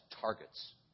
targets